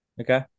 Okay